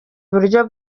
uburyo